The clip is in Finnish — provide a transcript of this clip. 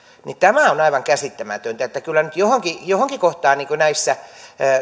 ja tämä on aivan käsittämätöntä kyllä nyt johonkin johonkin kohtaan näissä